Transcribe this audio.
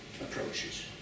approaches